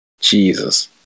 Jesus